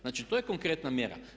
Znači to je konkretna mjera.